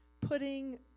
putting